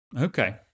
Okay